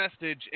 message